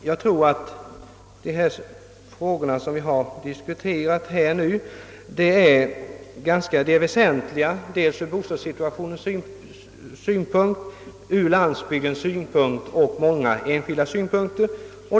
Jag tror att de frågor som vi har diskuterat här är väsentliga ur bostadssituationens synpunkt, ur landsbygdens synpunkt och ur många enskildas synpunkter.